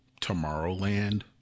Tomorrowland